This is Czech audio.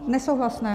Nesouhlasné.